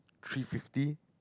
three fifty